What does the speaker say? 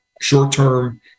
short-term